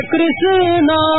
Krishna